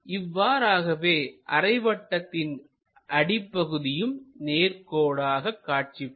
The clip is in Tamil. இவ்வாறாகவே அரைவட்டத்தின் அடிப்பகுதியும் நேர்கோடாக காட்சிப்படும்